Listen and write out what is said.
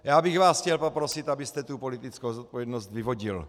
Já bych vás chtěl poprosit, abyste tu politickou zodpovědnost vyvodil.